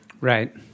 Right